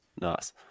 Nice